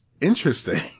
interesting